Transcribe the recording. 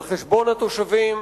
על חשבון התושבים,